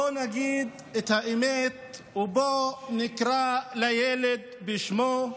בואו נגיד את האמת ובואו נקרא לילד בשמו: